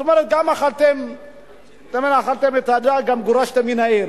זאת אומרת, גם אכלתם את הדג גם גורשתם מן העיר.